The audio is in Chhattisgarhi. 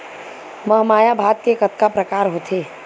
महमाया भात के कतका प्रकार होथे?